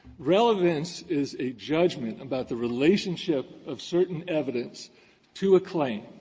relevance is a judgment about the relationship of certain evidence to a claim.